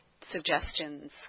suggestions